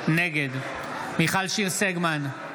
נגד מיכל שיר סגמן,